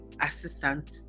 assistant